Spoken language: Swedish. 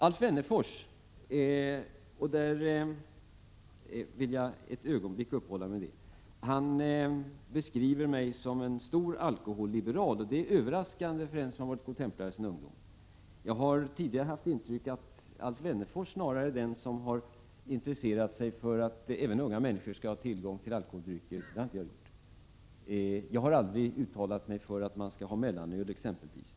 Alf Wennerfors, som jag ett ögonblick vill uppehålla mig vid, beskriver mig som en stor alkoholliberal. Det är överraskande för en som har varit godtemplare i sin ungdom. Tidigare har jag haft det intrycket att snarare Alf Wennerfors är den som har intresserat sig för att även unga människor skall ha tillgång till alkoholdrycker. Det har inte jag gjort. Jag har exempelvis aldrig uttalat mig för mellanölet.